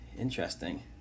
interesting